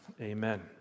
amen